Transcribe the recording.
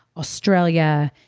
australia,